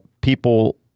people –